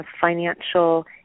financial